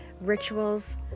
rituals